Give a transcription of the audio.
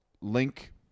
link